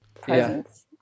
presence